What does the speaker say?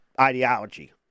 ideology